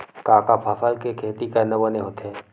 का का फसल के खेती करना बने होथे?